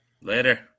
Later